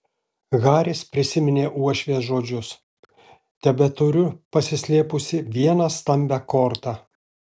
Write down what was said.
haris prisiminė uošvės žodžius tebeturiu paslėpusi vieną stambią kortą